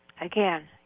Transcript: again